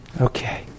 Okay